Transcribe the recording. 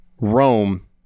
Rome